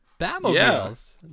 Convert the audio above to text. Batmobiles